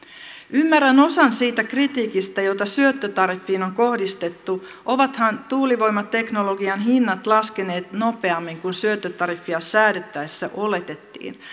ymmärrän osan siitä kritiikistä jota syöttötariffiin on kohdistettu ovathan tuulivoimateknologian hinnat laskeneet nopeammin kuin syöttötariffia säädettäessä oletettiin